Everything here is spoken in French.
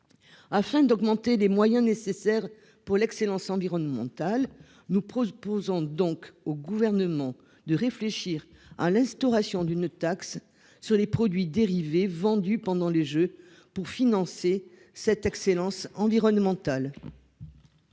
Afin d'augmenter les moyens nécessaires pour l'excellence environnementale. Nous proposons donc au gouvernement de réfléchir à l'instauration d'une taxe sur les produits dérivés vendus pendant les Jeux. Pour financer cette excellence environnementale.